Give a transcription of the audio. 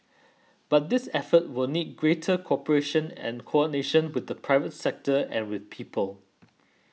but this effort will need greater cooperation and coordination with the private sector and with people